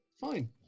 Fine